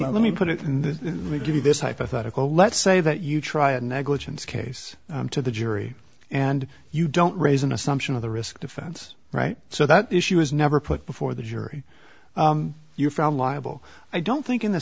smell let me put it in this may give you this hypothetical let's say that you try and negligence case to the jury and you don't raise an assumption of the risk defense right so that issue is never put before the jury you found liable i don't think in the